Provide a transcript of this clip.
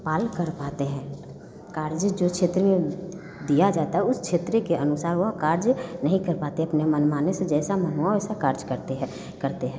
काल कर पाते हैं कार्य जो क्षेत्र दिया जाता है उस क्षेत्र के अनुसार यह कार्य नहीं कर पाते अपने मनमाने से जैसा मन हो वैसा कार्य करते हैं करते हैं